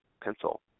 pencil